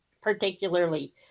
particularly